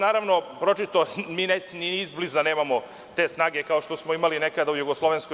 Naravno, pročitao sam, mi ni izbliza nemamo te snage kao što smo imali nekada u JNA.